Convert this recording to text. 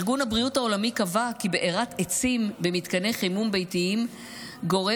ארגון הבריאות העולמי קבע כי בערת עצים במתקני חימום ביתיים גורמת